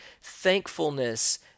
thankfulness